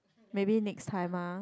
maybe next time ah